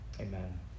amen